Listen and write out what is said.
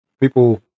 People